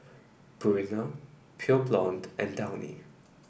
Purina Pure Blonde and Downy